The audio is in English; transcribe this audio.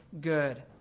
good